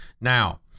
Now